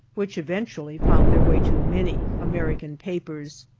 which eventually found their way to many american papers.